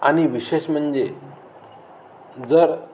आणि विशेष म्हणजे जर